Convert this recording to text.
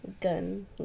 gun